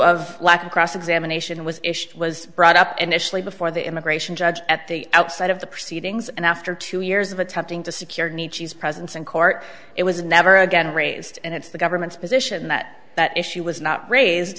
of lack of cross examination was it was brought up initially before the immigration judge at the outset of the proceedings and after two years of attempting to secure nietzsche's presence in court it was never again raised and it's the government's position that that issue was not raise